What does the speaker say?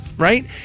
Right